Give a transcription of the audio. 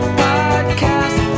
podcast